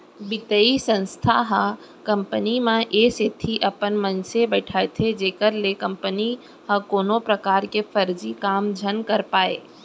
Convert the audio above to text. बित्तीय संस्था ह कंपनी म ए सेती अपन मनसे बइठाथे जेखर ले कंपनी ह कोनो परकार के फरजी काम झन कर पाय